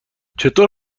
چطور